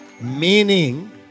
Meaning